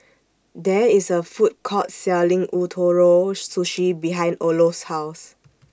There IS A Food Court Selling Ootoro Sushi behind Olof's House